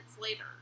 later